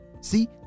See